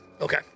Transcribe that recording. Okay